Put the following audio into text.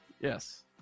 Yes